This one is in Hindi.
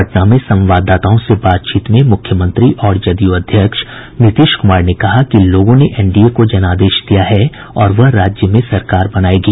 पटना में संवाददाताओं से बातचीत में मुख्यमंत्री और जदयू अध्यक्ष नीतीश कुमार ने कहा कि लोगों ने एनडीए को जनादेश दिया है और वह राज्य में सरकार बनाएगी